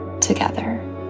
together